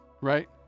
Right